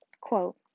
Quote